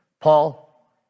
Paul